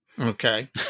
Okay